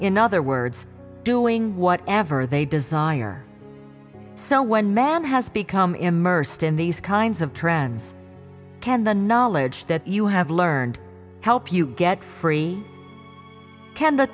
in other words doing what ever they desire so when man has become immersed in these kinds of trends can the knowledge that you have learned help you get free can the